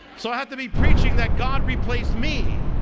so i have to be preaching that god replaced me.